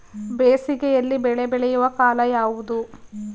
ಬೇಸಿಗೆ ಯಲ್ಲಿ ಬೆಳೆ ಬೆಳೆಯುವ ಕಾಲ ಯಾವುದು?